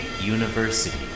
University